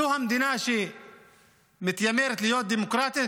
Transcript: זו המדינה שמתיימרת להיות הדמוקרטיה